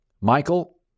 Michael